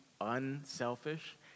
unselfish